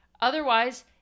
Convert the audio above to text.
Otherwise